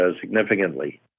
significantly